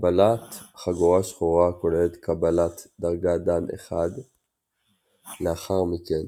קבלת חגורה שחורה כוללת קבלת דרגה דאן 1. לאחר מכן